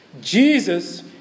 Jesus